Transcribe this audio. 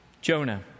Jonah